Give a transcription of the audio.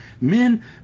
men